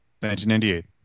1998